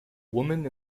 woman